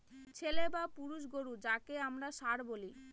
ছেলে বা পুরুষ গোরু যাকে আমরা ষাঁড় বলি